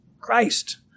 christ